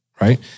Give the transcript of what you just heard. right